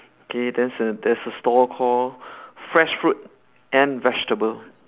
okay there's a there's a store called fresh fruit and vegetable